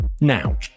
Now